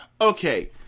Okay